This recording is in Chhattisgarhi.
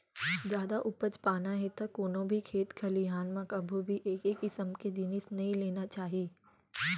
जादा उपज पाना हे त कोनो भी खेत खलिहान म कभू भी एके किसम के जिनिस नइ लेना चाही